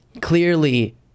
clearly